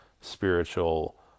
spiritual